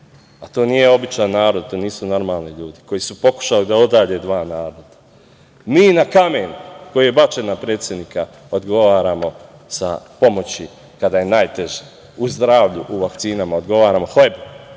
a to nije običan narod, to nisu normalni ljudi, koji su pokušali da odalje dva naroda. Mi na kamen koji je bačen na predsednika, odgovaramo sa pomoći kada je najteže. U zdravlju, u vakcinama odgovaramo hlebom,